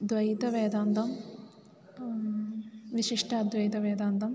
द्वैतवेदान्तः विशिष्ट अद्वैतवेदान्तः